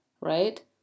right